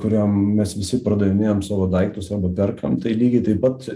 kuriam mes visi pardavinėjam savo daiktus arba perkam tai lygiai taip pat